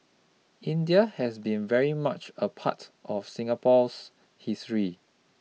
India has been very much a part of Singapore's history